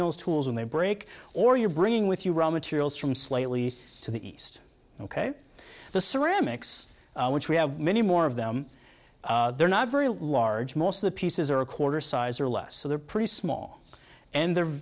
those tools when they break or you're bringing with you raw materials from slightly to the east ok the ceramics which we have many more of them they're not very large most of the pieces are a quarter size or less so they're pretty small and they're